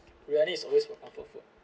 briyani is always my comfort food